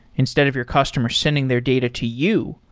instead of your customer sending their data to you,